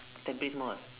tampines mall